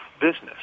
business